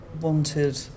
wanted